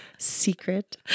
Secret